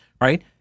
right